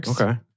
okay